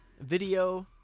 Video